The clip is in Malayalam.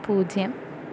പൂജ്യം